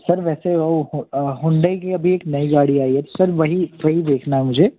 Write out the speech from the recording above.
sir वैसे वो Hyundai की अभी एक नई गाड़ी आई है सर वही वही देखना है मुझे